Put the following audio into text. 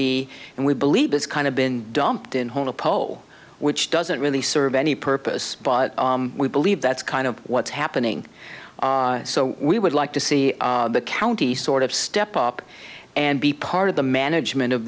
b and we believe this kind of been dumped in one a pole which doesn't really serve any purpose but we believe that's kind of what's happening so we would like to see the county sort of step up and be part of the management of